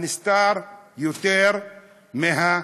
הנסתר יותר מהנגלה.